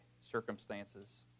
circumstances